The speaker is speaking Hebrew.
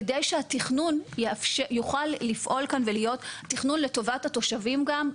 כדי שהתכנון יוכל לפעול כאן ולהיות תכנון לטובת התושבים גם,